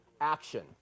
action